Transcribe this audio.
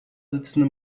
sitzen